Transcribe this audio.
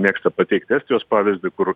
mėgsta pateikti estijos pavyzdį kur